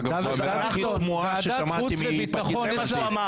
אגב, זאת ההודעה הכי תמוהה ששמעתי מפקיד בכיר.